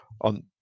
on